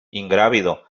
ingrávido